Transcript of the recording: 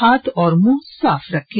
हाथ और मुंह साफ रखें